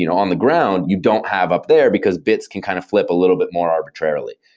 you know on the ground, you don't have up there, because bits can kind of flip a little bit more arbitrarily.